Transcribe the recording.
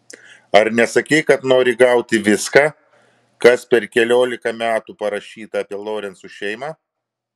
ar nesakei kad nori gauti viską kas per keliolika metų parašyta apie lorencų šeimą